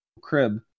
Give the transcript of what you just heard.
crib